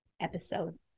episode